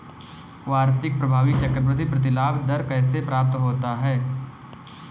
वार्षिक प्रभावी चक्रवृद्धि प्रतिलाभ दर कैसे प्राप्त होता है?